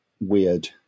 weird